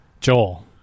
joel